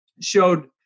showed